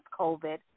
COVID